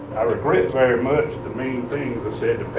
i regret very much the mean things i said